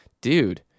dude